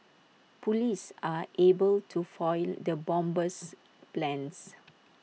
Police are able to foil the bomber's plans